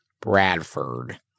Bradford